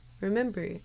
Remember